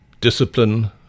discipline